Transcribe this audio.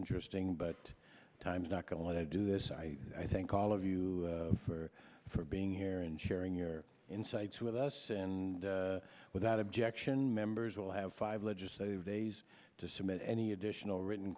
interesting but time is not going to do this i i think all of you for for being here and sharing your insights with us and without objection members will have five legislative days to submit any additional written